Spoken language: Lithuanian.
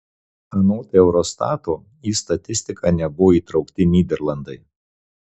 anot eurostato į statistiką nebuvo įtraukti nyderlandai